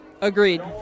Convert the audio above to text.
Agreed